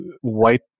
white